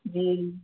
جی